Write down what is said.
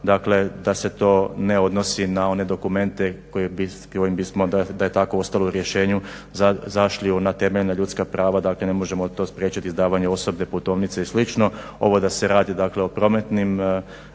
dakle da se to ne odnosi na one dokumente kojim bismo da je tako ostalo u rješenju zašli u ona temeljna ljudska prava, dakle ne možemo to spriječiti izdavanje osobne putovnice i slično. Ovo da se radi o prometnim